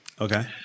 Okay